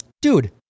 Dude